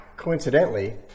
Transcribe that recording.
Coincidentally